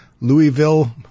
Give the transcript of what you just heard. Louisville